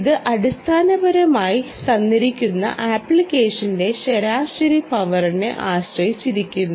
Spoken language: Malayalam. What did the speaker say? ഇത് അടിസ്ഥാനപരമായി തന്നിരിക്കുന്ന അപ്ലിക്കേഷന്റെ ശരാശരി പവറിനെ ആശ്രയിച്ചിരിക്കും